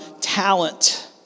talent